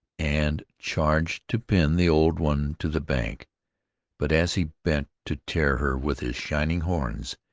and charged to pin the old one to the bank but as he bent to tear her with his shining horns,